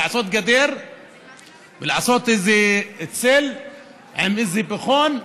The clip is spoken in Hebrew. לעשות גדר ולעשות איזה צל עם איזה פחון.